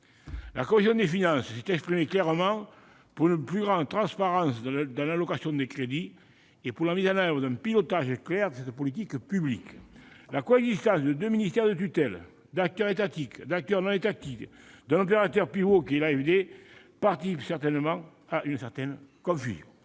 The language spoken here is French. La commission des finances s'est exprimée clairement en faveur d'une plus grande transparence dans l'allocation des crédits et de la mise en oeuvre d'un pilotage clair de cette politique publique. La coexistence de deux ministères de tutelle, d'acteurs étatiques, non étatiques, de l'opérateur pivot qu'est l'Agence française de développement, participe certainement d'une certaine confusion.